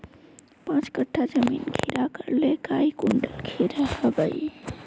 पाँच कट्ठा जमीन खीरा करले काई कुंटल खीरा हाँ बई?